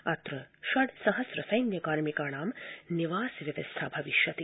अत्र षड् सहस्र संख्ञ कार्मिकाणां निवास व्यवस्था भविष्यति